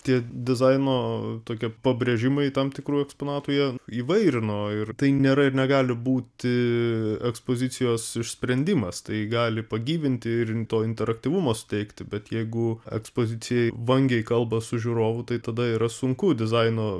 tie dizaino tokie pabrėžimai tam tikrųjų eksponatų jie įvairino ir tai nėra ir negali būti ekspozicijos išsprendimas tai gali pagyvinti ir to interaktyvumo suteikti bet jeigu ekspozicija vangiai kalba su žiūrovu tai tada yra sunku dizaino